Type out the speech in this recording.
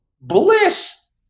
bliss